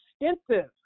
extensive